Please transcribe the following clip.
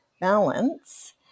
balance